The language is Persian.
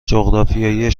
جغرافیای